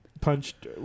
punched